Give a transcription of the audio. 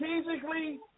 strategically